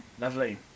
lovely